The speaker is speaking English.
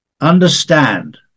understand